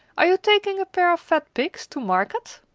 are you taking a pair of fat pigs to market?